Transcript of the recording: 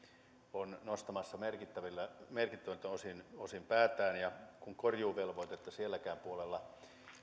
on nostamassa merkittäviltä merkittäviltä osin osin päätään ja kun korjuuvelvoitetta sielläkään puolella